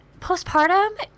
postpartum